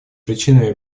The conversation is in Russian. причинами